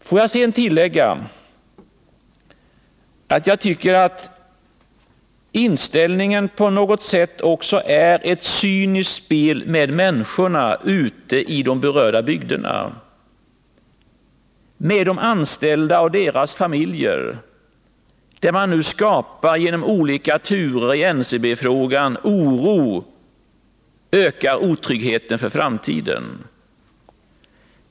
Får jag tillägga att jag tycker att inställningen på något sätt ger uttryck för ett cyniskt spel med människorna ute i de berörda bygderna, med de anställda och deras familjer. Genom de olika turerna i NCB-frågan skapar man oro och ökar otryggheten för framtiden.